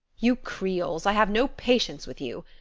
you creoles! i have no patience with you!